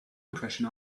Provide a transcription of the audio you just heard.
impression